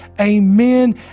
amen